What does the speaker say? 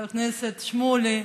חבר הכנסת שמולי,